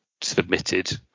submitted